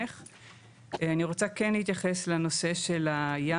כי אם נאגור היום את הדוחות של כל